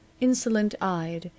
insolent-eyed